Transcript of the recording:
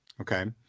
okay